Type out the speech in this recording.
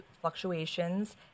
fluctuations